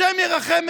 השם ירחם,